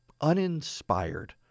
Uninspired